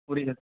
புரியல